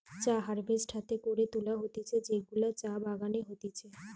চা হারভেস্ট হাতে করে তুলা হতিছে যেগুলা চা বাগানে হতিছে